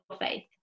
faith